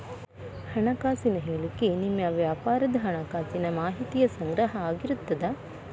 ಹಣಕಾಸಿನ ಹೇಳಿಕಿ ನಿಮ್ಮ ವ್ಯಾಪಾರದ್ ಹಣಕಾಸಿನ ಮಾಹಿತಿಯ ಸಂಗ್ರಹ ಆಗಿರ್ತದ